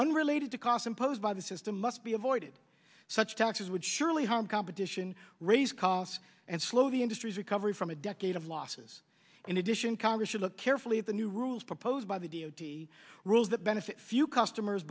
unrelated to cost imposed by the system must be avoided such taxes would surely harm competition raise costs and slow the industry's recovery from a decade of losses in addition congress should look carefully at the new rules proposed by the d o t rules that benefit few customers